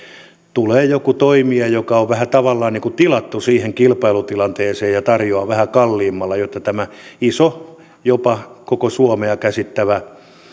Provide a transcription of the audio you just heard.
tulee joku toimija joka on tavallaan tilattu siihen kilpailutilanteeseen ja tarjoaa vähän kalliimmalla jotta tämä iso jopa koko suomen käsittävä